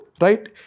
right